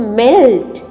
melt